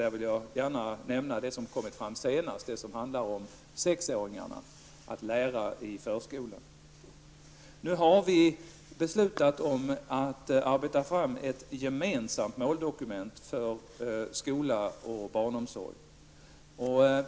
Där vill jag gärna nämna det som kommit fram senast, det som handlar om sexåringarna, att lära i förskolan. Nu har vi beslutat att arbeta fram ett gemensamt måldokument för skola och barnomsorg.